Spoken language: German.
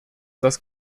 das